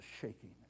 shaking